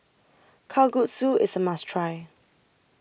Kalguksu IS A must Try